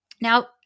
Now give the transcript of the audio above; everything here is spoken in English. Now